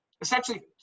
essentially